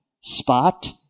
spot